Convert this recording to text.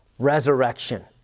resurrection